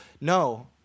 No